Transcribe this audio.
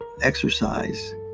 exercise